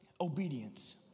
Obedience